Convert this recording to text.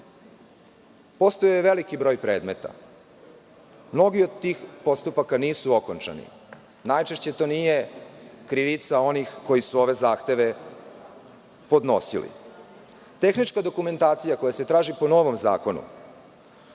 je. Postojao je veliki broj predmeta. Mnogi od tih postupaka nisu okončani. Najčešće to nije krivica onih koji su ove zahteve podnosili. Tehnička dokumentacija koja se traži po novom zakonu